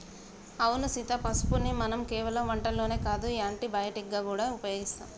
అవును సీత పసుపుని మనం కేవలం వంటల్లోనే కాదు యాంటీ బయటిక్ గా గూడా ఉపయోగిస్తాం